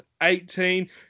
18